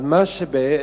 אבל מה שבעצם